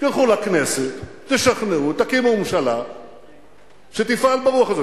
תלכו לכנסת, תשכנעו, תקימו ממשלה שתפעל ברוח הזו.